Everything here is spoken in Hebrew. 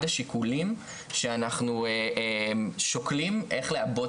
הוא בהחלט אחד השיקולים שאנחנו שוקלים איך לעבות